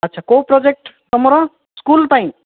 ଆଚ୍ଛା କେଉଁ ପ୍ରୋଜେକ୍ଟ ତୁମର ସ୍କୁଲ୍ ପାଇଁ